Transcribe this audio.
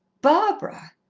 barbara!